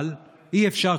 אבל אי-אפשר,